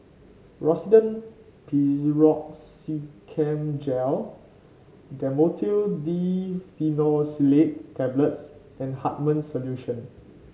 Rosiden Piroxicam Gel Dhamotil Diphenoxylate Tablets and Hartman's Solution